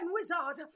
wizard